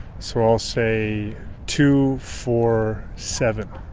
so i'll say two, four, seven.